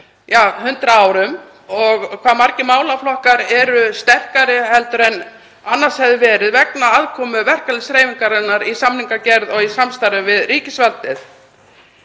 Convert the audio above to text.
50–100 árum, og hversu margir málaflokkar eru sterkari en annars hefði verið vegna aðkomu verkalýðshreyfingarinnar í samningagerð og í samstarfi við ríkisvaldið.